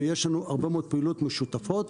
ויש לנו הרבה מאוד פעילויות משותפות.